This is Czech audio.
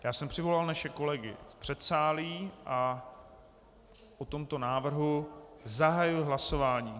Já jsem přivolal naše kolegy z předsálí a o tomto návrhu zahajuji hlasování.